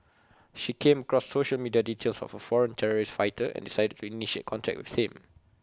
she came across social media details of A foreign terrorist fighter and decided to initiate contact with him